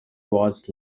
was